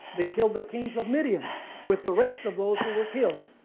they killed the kings of midian with the rest of those who were killed,